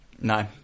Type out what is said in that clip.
No